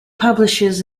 publishes